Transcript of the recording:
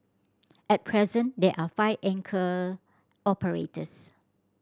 at present there are five anchor operators